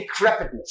decrepitness